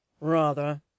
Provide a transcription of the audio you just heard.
Rather